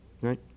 Right